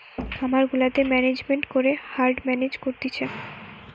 খামার গুলাতে ম্যানেজমেন্ট করে হার্ড মেনেজ করতিছে